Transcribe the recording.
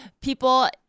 people